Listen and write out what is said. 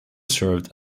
served